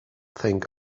think